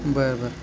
बरं बरं